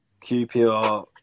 QPR